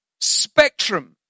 spectrum